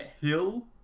hill